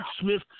Smith